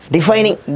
Defining